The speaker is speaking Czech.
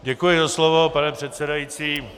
Děkuji za slovo, pane předsedající.